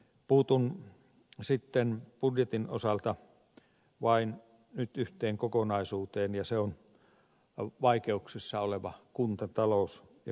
puutun sitten budjetin osalta vain nyt yhteen kokonaisuuteen ja se on vaikeuksissa oleva kuntatalous ja kuntien tilanne